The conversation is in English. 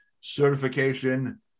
certification